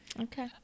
Okay